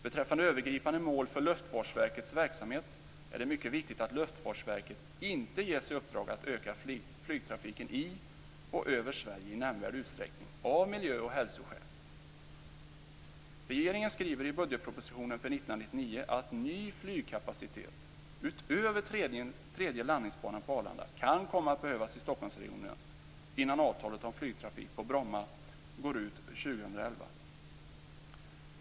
Beträffande övergripande mål för Luftfartsverkets verksamhet är det av miljö och hälsoskäl mycket viktigt att Luftfartsverket inte ges i uppdrag att öka flygtrafiken i och över Sverige i nämnvärd utsträckning. 1999 att ny flygkapacitet, utöver tredje landningsbanan på Arlanda, kan komma att behövas i Stockholmsregionen innan avtalet om flygtrafik på Bromma går ut år 2011.